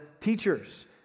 teachers